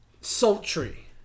sultry